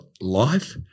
life